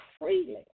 freely